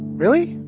really?